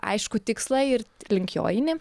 aiškų tikslą ir link jo eini